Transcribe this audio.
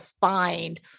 find